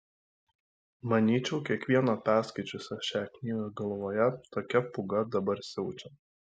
manyčiau kiekvieno perskaičiusio šią knygą galvoje tokia pūga dabar siaučia